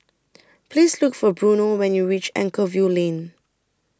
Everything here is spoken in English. Please Look For Bruno when YOU REACH Anchorvale Lane